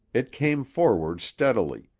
it came forward steadily,